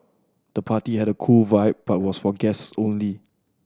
the party had a cool vibe but was for guests only